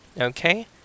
okay